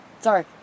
Sorry